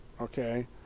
Okay